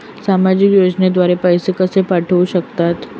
सामाजिक योजनेद्वारे पैसे कसे मिळू शकतात?